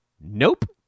Nope